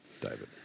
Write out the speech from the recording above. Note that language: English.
David